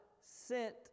sent